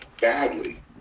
badly